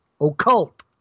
Occult